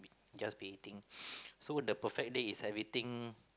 just baiting so the perfect day is just everything